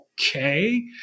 okay